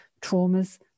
traumas